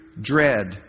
Dread